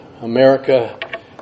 America